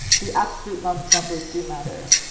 the absolute but numbers do matter.